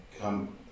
come